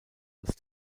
als